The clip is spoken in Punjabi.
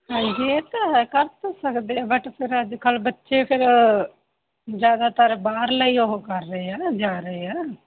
ਹਾਂਜੀ ਇਹ ਤਾਂ ਹੈ ਕਰ ਤਾਂ ਸਕਦੇ ਹਾਂ ਬਟ ਫਿਰ ਅੱਜ ਕੱਲ੍ਹ ਬੱਚੇ ਫਿਰ ਜ਼ਿਆਦਾਤਰ ਬਾਹਰ ਲਈ ਉਹ ਕਰ ਰਹੇ ਆ ਜਾ ਰਹੇ ਆ